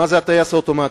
מה זה הטייס האוטומטי,